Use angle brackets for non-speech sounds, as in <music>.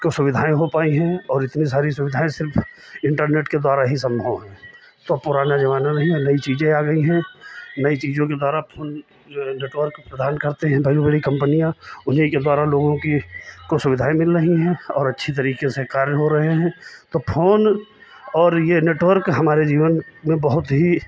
को सुविधाएं हो पाई हैं और इतनी सारी सुविधाएं सिर्फ इंटरनेट के द्वारा ही संभव है तो अब पुराने ज़माने में भी अब नई चीज़ें आ गई हैं नई चीज़ों के द्वारा <unintelligible> जो ये नेटवर्क प्रधान करते हैं बड़ी बड़ी कंपनियां उन्ही के द्वारा लोगों की को सुविधाएं मिल रही हैं और अच्छी तरीके से कार्य हो रहे हैं तो फोन और ये नेटवर्क हमारे जीवन में बहुत ही